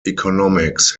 economics